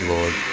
Lord